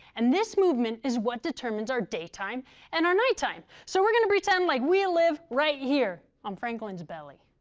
and this movement is what determines our daytime and our nighttime. so we're gonna pretend like we live right here on franklin's belly.